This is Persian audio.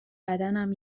بدنم